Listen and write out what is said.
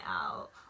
out